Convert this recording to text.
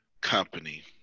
company